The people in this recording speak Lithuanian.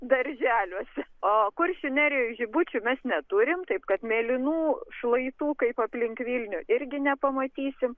darželiuose o kuršių nerijoj žibučių mes neturim taip kad mėlynų šlaitų kaip aplink vilnių irgi nepamatysim